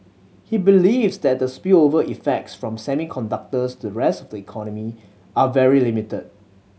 he believes that the spillover effects from semiconductors to rest of the economy are very limited